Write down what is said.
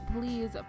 please